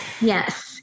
yes